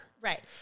right